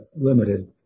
limited